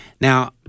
Now